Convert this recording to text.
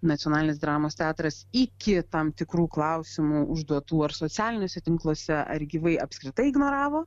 nacionalinis dramos teatras iki tam tikrų klausimų užduotų ar socialiniuose tinkluose ar gyvai apskritai ignoravo